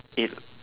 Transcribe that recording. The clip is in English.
it